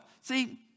See